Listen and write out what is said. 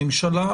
הממשלה,